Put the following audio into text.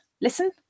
Listen